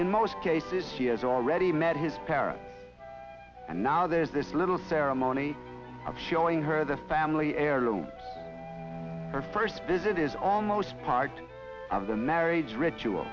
in most cases she has already met his parents and now there's this little ceremony of showing her the family heirloom her first visit is almost part of the marriage ritual